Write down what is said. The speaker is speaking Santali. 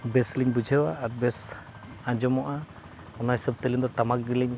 ᱵᱮᱥ ᱞᱤᱧ ᱵᱩᱡᱷᱟᱹᱣᱟ ᱟᱨ ᱵᱮᱥ ᱟᱸᱡᱚᱢᱚᱜᱼᱟ ᱚᱱᱟ ᱦᱤᱥᱟᱹᱵᱽ ᱛᱮ ᱟᱹᱞᱤᱧ ᱫᱚ ᱴᱟᱢᱟᱠ ᱜᱮᱞᱤᱧ